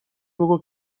بگو